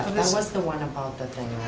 that was the one above the thing,